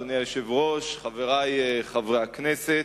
אדוני היושב-ראש, חברי חברי הכנסת,